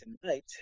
tonight